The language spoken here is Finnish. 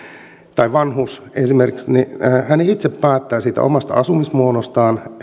tai vanhus esimerkiksi itse päättää siitä omasta asumismuodostaan